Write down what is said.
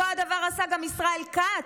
אותו הדבר עשה גם ישראל כץ,